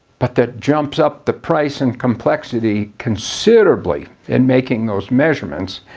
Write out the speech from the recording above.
but that jumps up the price and complexity considerably in making those measurements.